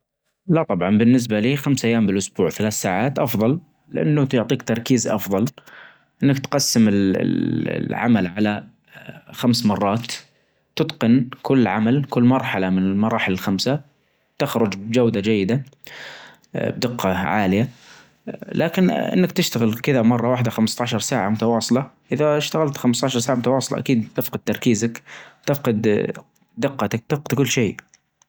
لا طبعا بالنسبة لي خمسة ايام بالاسبوع ثلاث ساعات أفضل لانه تعطيك تركيز أفضل، إنك تقسم ال-ال-العمل على خمس مرات تتقن كل عمل كل مرحلة من المراحل الخمسة تخرچ بچودة چيدة بدقة عالية، لكن أنك تشتغل كدة مرة واحدة خمستاشر ساعة متواصلة إذا أشتغلت خمستاشر ساعة متواصلة أكيد تفقد تركيزك تفقد دقتك تفقد كل شي.